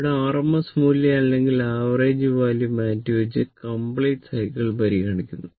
ഇവിടെ RMS value അല്ലെങ്കിൽ average value മാറ്റി വെച്ച് കമ്പ്ലീറ്റ് സൈക്കിൾ പരിഗണിക്കുന്നു